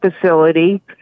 facility